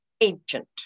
ancient